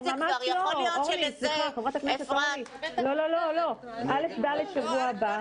כיתות א'-ד' בשבוע הבא,